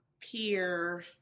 Peer